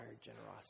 generosity